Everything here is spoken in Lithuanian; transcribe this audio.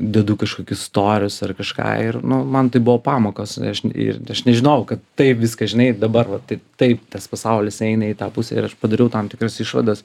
dedu kažkokius storius ar kažką ir nu man tai buvo pamokos ir aš nežinojau kad taip viskas žinai dabar va tai taip tas pasaulis eina į tą pusę ir aš padariau tam tikras išvadas